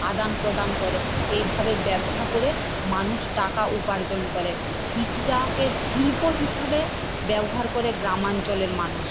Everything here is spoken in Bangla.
আদানপ্রদান করে এইভাবে ব্যবসা করে মানুষ টাকা উপার্জন করে কৃষিটাকে শিল্প হিসাবে ব্যবহার করে গ্রামাঞ্চলের মানুষ